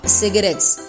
cigarettes